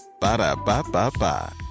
Ba-da-ba-ba-ba